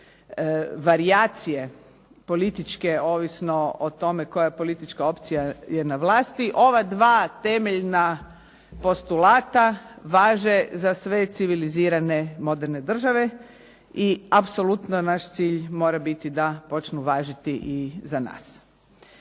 varijacije političke ovisno o tome koja je politička opcija je na vlasti, ova dva temeljna postulata važe za sve civilizirane moderne države i apsolutno naš cilj mora biti da počnu važiti i za nas.